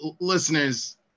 listeners